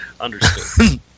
understood